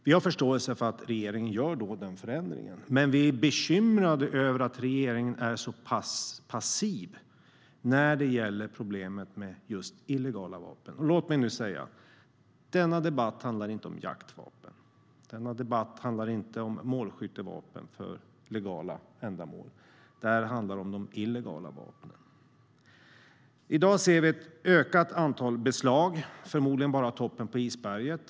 Vi har förståelse för att regeringen gör den förändringen, men vi är bekymrade över att regeringen är så passiv när det gäller problemet med just illegala vapen. Låt mig nu säga att denna debatt inte handlar om jaktvapen. Den handlar inte om målskyttevapen för legala ändamål. Den handlar om de illegala vapnen. I dag ser vi ett ökat antal beslag, och det är förmodligen bara toppen på isberget.